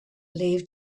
leave